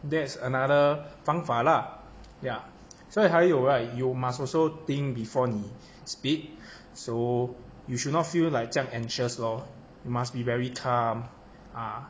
that's another 方法 lah ya 所以还有 right you must also think before 你 speak so you should not feel like 这样 anxious lor you must be very calm ah